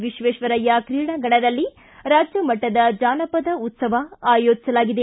ವಿಶ್ವೇಶ್ವರಯ್ಯ ಕ್ರೀಡಾಂಗಣದಲ್ಲಿ ರಾಜ್ಯ ಮಟ್ಟದ ಜಾನಪದ ಉತ್ಸವ ಆಯೋಜಿಸಲಾಗಿದೆ